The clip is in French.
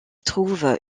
trouve